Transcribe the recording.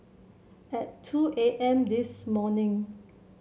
at two A M this morning